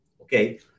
Okay